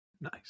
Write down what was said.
Nice